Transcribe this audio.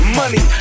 money